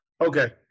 Okay